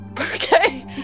okay